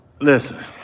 listen